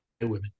women